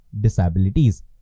disabilities